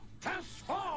Transform